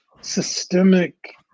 systemic